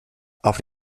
auf